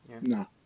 No